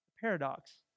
Paradox